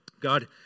God